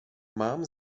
mám